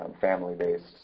family-based